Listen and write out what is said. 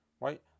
right